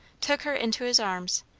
took her into his arms,